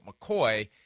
McCoy